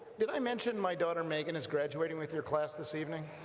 did i mention my daugter megan is graduating with your class this evening?